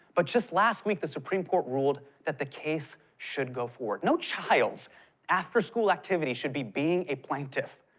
but just last week the supreme court ruled that the case should go forward. no child's afterschool activity should be being a plaintiff.